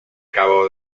cabo